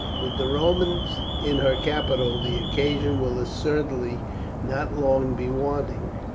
with the romans in her capital the occasion will assuredly not long be wanting,